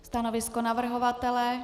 Stanovisko navrhovatele?